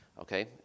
okay